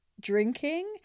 drinking